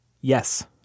Yes